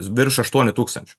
virš aštuonių tūkstančių